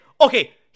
okay